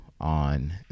on